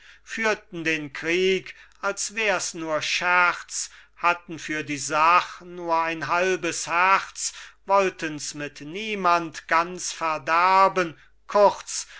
führten den krieg als wärs nur scherz hatten für die sach nur ein halbes herz wolltens mit niemand ganz verderben kurz